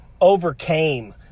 overcame